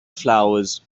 flowers